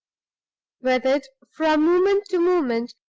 with it, from moment to moment,